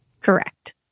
Correct